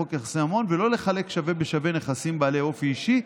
לחוק יחסי ממון ולא לחלק שווה בשווה נכסים בעלי אופי אישי,